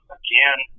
again